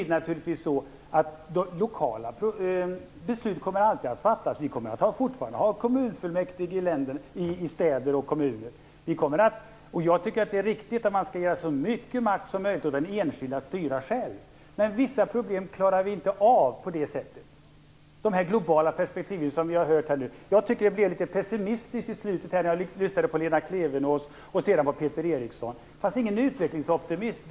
De lokala besluten kommer naturligtvis alltid att fattas lokalt. Vi kommer fortfarande att ha kommunfullmäktige i städer och kommuner. Jag tycker att det är riktigt att man skall ge så mycket makt som möjligt åt den enskilde att styra själv, men vissa problem klarar vi inte av på det sättet. Det gäller det globala perspektivet, som vi har hört om här. Jag tycker att det blev litet pessimistiskt på slutet, när jag lyssnade på Lena Klevenås och sedan på Peter Eriksson. Det fanns ingen utvecklingsoptimism.